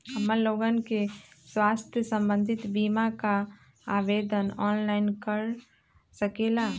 हमन लोगन के स्वास्थ्य संबंधित बिमा का आवेदन ऑनलाइन कर सकेला?